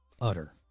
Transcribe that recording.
Utter